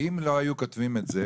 לא היו כותבים את זה,